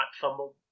fumbled